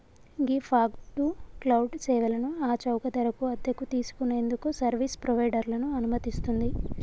ghee fog to cloud సేవలను ఆ చౌక ధరకు అద్దెకు తీసుకు నేందుకు సర్వీస్ ప్రొవైడర్లను అనుమతిస్తుంది